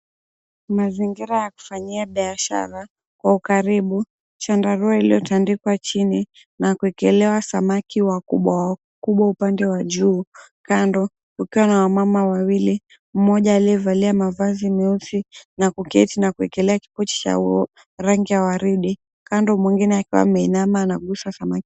Mazingira ya kufanyia biashara kwa ukaribu, chandarua iliyotandikwa chini na kuekelewa samaki wakubwa wakubwa upande wa juu. Kando kukiwa na wamama wawili mmoja liyavalia mavazi meusi na kuketi na kuekelea kipochi cha rangi ya waridi, kando mwingine akiwa ameinama anagusa samaki.